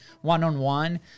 one-on-one